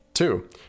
Two